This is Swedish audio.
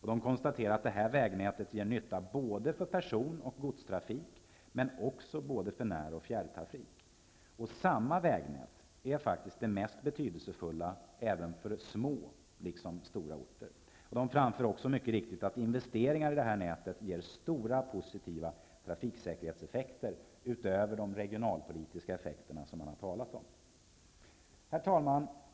Man konstaterar att detta vägnät ger nytta för både personoch godstrafik och för både när och fjärrtrafik. Samma vägnät är faktiskt det mest beydelsefulla för små liksom stora orter. Man framför vidare, mycket riktigt, att investeringar i detta när också ger stora positiva trafiksäkerhetseffekter, utöver de regionalpolitiska effekter som det talats om. Herr talman!